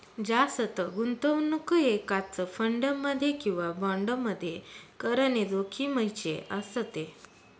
जास्त गुंतवणूक एकाच फंड मध्ये किंवा बॉण्ड मध्ये करणे जोखिमीचे असते